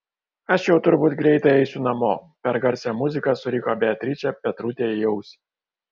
aš jau turbūt greitai eisiu namo per garsią muziką suriko beatričė petrutei į ausį